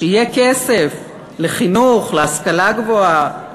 שיהיה כסף לחינוך, להשכלה גבוהה.